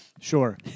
Sure